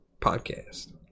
Podcast